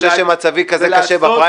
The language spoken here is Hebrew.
אתה חושב שמצבי כל כך קשה בפריימריז?